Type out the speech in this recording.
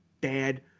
bad